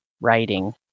writing